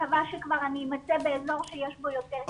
מקווה שכבר אני אמצא באזור שיש בו יותר קליטה.